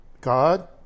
God